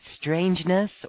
strangeness